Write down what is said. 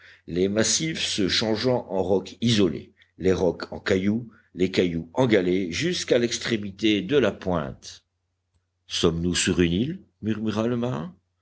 les massifs se changeant en rocs isolés les rocs en cailloux les cailloux en galets jusqu'à l'extrémité de la pointe sommes-nous sur une île murmura le marin